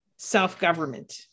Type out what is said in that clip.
self-government